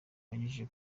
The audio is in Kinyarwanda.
yanyujije